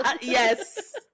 Yes